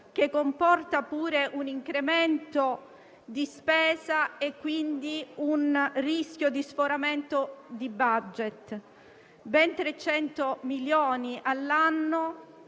che comporta pure un incremento di spesa e quindi un rischio di sforamento di *budget*. Purtroppo, ben 300 milioni all'anno